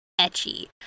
etchy